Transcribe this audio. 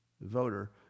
voter